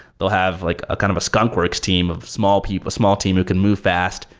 they'll have like a kind of a skunk works team of small people, small team who can move fast,